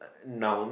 nouns